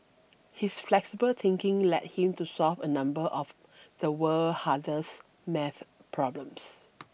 his flexible thinking led him to solve a number of the world's hardest math problems